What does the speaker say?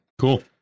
Cool